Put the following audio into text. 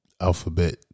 alphabet